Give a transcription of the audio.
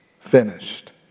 finished